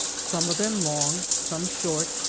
some of them long, some short,